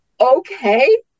okay